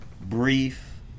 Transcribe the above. brief